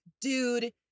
dude